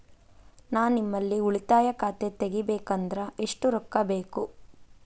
ನಾ ನಿಮ್ಮಲ್ಲಿ ಉಳಿತಾಯ ಖಾತೆ ತೆಗಿಬೇಕಂದ್ರ ಎಷ್ಟು ರೊಕ್ಕ ಬೇಕು?